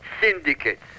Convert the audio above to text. syndicates